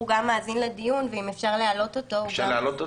גם מאזין לדיון ואם אפשר להעלות אותו.